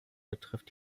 betrifft